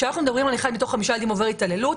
כשאנחנו מדברים שאחד מתוך חמישה ילדים עובר התעללות,